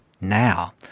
now